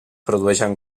produeixen